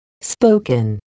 spoken